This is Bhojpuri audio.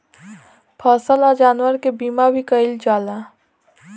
फसल आ जानवर के बीमा भी कईल जाला